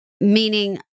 meaning